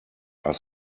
are